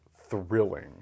thrilling